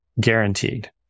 guaranteed